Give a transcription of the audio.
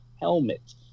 helmet